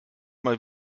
mal